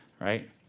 right